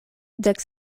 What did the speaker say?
dek